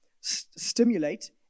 stimulate